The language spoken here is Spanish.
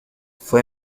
fue